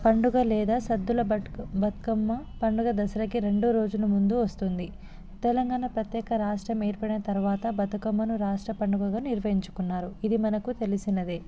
పండుగ లేదా సద్దుల బతు బతుకమ్మ పండుగ దసరాకి రెండు రోజుల ముందు వస్తుంది తెలంగాణ ప్రత్యేక రాష్ట్రం ఏర్పడిన తరువాత బతుకమ్మను రాష్ట్ర పండుగగా నిర్వహించుకున్నారు ఇది మనకు తెలిసినదే